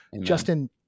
Justin